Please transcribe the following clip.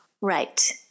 Right